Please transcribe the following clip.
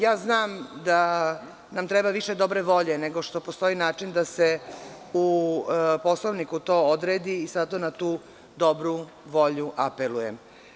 Ja znam da nam treba više dobre volje nego što postoji način da se u Poslovniku to odredi i zato na tu dobru volju apelujem.